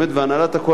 והנהלת הקואליציה,